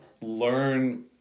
learn